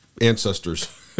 ancestors